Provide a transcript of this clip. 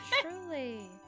truly